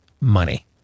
money